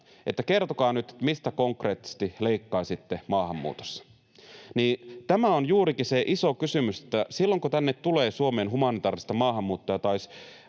kertokaa nyt, mistä konkreettisesti leikkaisitte maahanmuutossa”, niin tämä on juurikin se iso kysymys, että silloin kun tänne Suomeen tulee humanitaarista maahanmuuttoa,